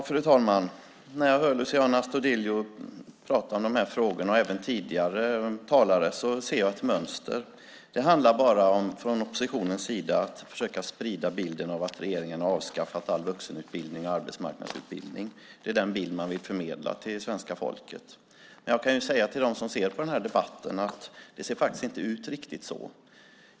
Fru talman! När jag hör Luciano Astudillo prata om de här frågorna - och det gäller även tidigare talare - ser jag ett mönster. Det handlar från oppositionens sida bara om att försöka sprida bilden av att regeringen har avskaffat all vuxenutbildning och arbetsmarknadsutbildning. Det är den bild man vill förmedla till svenska folket. Jag kan säga till dem som lyssnar på den här debatten att det inte ser ut riktigt så.